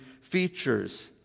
features